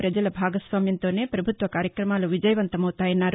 ప్రజల భాగస్వామ్యంతోనే పభుత్వ కార్యక్రమాలు విజయవంతమపుతాయన్నారు